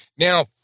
Now